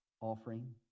offering